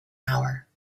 hour